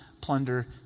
plunder